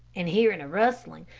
and hearing a rustling,